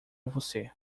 você